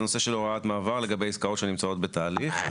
הנושא של הוראת מעבר לגבי עסקאות שנמצאות בתהליך.